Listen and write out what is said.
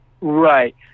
Right